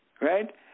Right